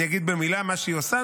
אני אגיד במילה מה שהיא עושה,